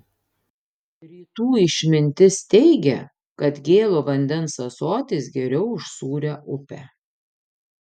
rytų išmintis teigia kad gėlo vandens ąsotis geriau už sūrią upę